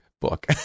book